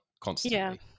constantly